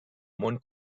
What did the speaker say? món